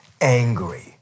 angry